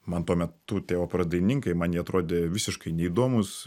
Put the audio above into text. man tuo metu operos dainininkai man jie atrodė visiškai neįdomūs